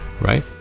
right